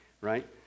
right